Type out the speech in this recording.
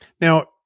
Now